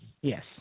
Yes